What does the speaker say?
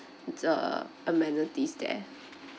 the amenities there